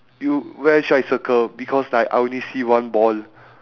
you where should I circle because like I only see one ball